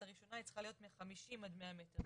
הראשונה צריכה להיות מחמישים עד מאה מטר,